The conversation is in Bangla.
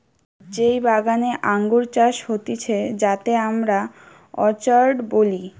যেই বাগানে আঙ্গুর চাষ হতিছে যাতে আমরা অর্চার্ড বলি